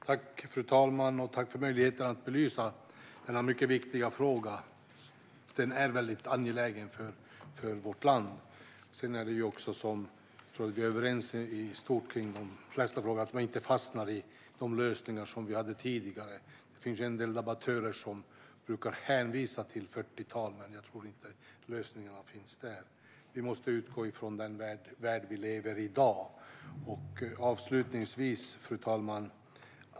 Fru talman! Tack för möjligheten att belysa denna mycket viktiga fråga. Den är mycket angelägen för vårt land. Vi är överens i de flesta frågor, och det är viktigt att inte fastna i de lösningar som fanns tidigare. Det finns en del debattörer som brukar hänvisa till 40-talet, men jag tror inte att lösningarna finns där. Vi måste utgå från den värld vi lever i i dag. Fru talman!